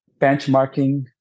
benchmarking